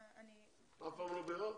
אף פעם לא ביררת?